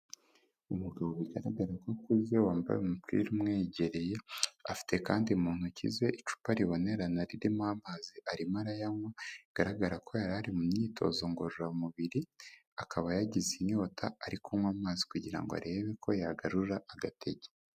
Umugabo bigaragara ko akuze wambaye umupira umwegereye, afite kandi mu ntoki ze icupa ribonerana ririmo amazi arimo arayanywa bigaragara ko yari ari mu myitozo ngororamubiri, akaba yagize inyota ari kunywa amazi kugira ngo arebe ko yagarura agatege.